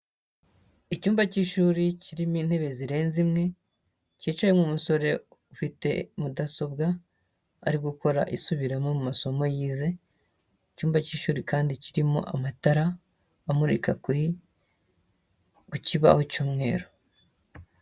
Icyumba cy'ishuri kirimo intebe zirenze imwe, cyicayemo umusore ufite mudasobwa, ari gukora isubiramo mu masomo yize, icyumba cy'ishuri kandi kirimo amatara amurika kuri, ku kibaho cy'umweru.